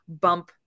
bump